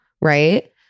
right